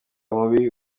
mubi